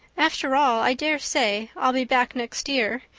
after all, i dare say i'll be back next year.